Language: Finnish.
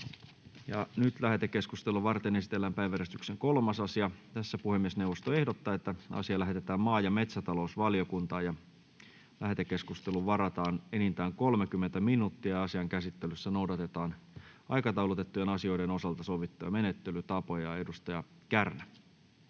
Lähetekeskustelua varten esitellään päiväjärjestyksen 3. asia. Tässä puhemiesneuvosto ehdottaa, että asia lähetetään maa‑ ja metsätalousvaliokuntaan. Lähetekeskusteluun varataan enintään 30 minuuttia ja asian käsittelyssä noudatetaan aikataulutettujen asioiden osalta sovittuja menettelytapoja. — Edustaja Kärnä.